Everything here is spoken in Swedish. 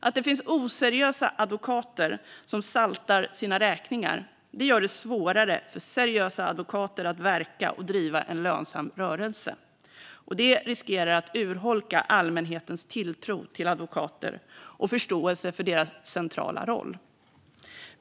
Att det finns oseriösa advokater som saltar sina räkningar gör det svårare för seriösa advokater att verka och driva en lönsam rörelse. Det riskerar att urholka allmänhetens tilltro till advokater och förståelsen för deras centrala roll.